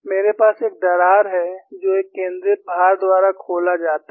मेरे पास एक दरार है जो एक केंद्रित भार द्वारा खोला जाता है